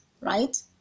right